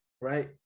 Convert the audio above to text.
right